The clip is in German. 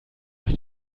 euch